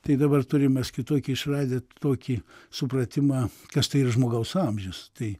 tai dabar turim mes kitokį išradę tokį supratimą kas tai yra žmogaus amžius tai